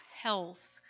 health